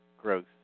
growth